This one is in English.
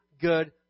good